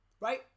right